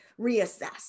reassess